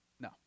No